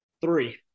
Three